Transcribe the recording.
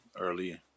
early